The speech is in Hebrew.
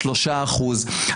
שלושה אחוזים.